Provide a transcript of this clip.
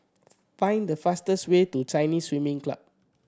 find the fastest way to Chinese Swimming Club